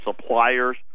suppliers